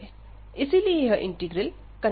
इसीलिए यह integral converge करता है